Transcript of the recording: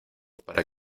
para